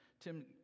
Tim